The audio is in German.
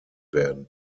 werden